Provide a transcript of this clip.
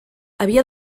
havia